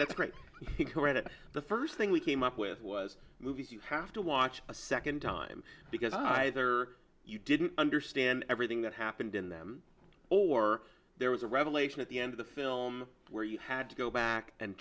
that's great but the first thing we came up with was you have to watch a second time because either you didn't understand everything that happened in them or there was a revelation at the end of the film where you had to go back and